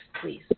please